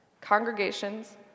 congregations